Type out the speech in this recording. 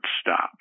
stop